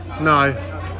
No